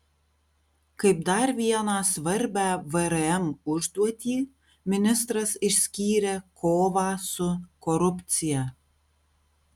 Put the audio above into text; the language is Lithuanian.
kaip dar vieną svarbią vrm užduotį ministras išskyrė kovą su korupcija